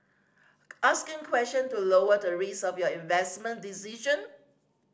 asking question to lower the risk of your investment decision